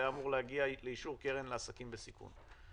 אמורה להגיע לאישור קרן לעסקים בסיכון.